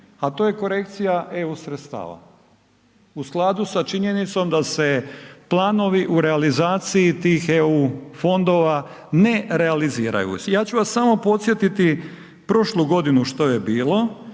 a to je korekcija EU sredstava u skladu sa činjenicom da se planovi u realizaciji tih EU fondova ne realiziraju. Ja ću vas samo podsjetiti prošlu godinu što je bilo,